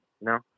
No